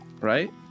right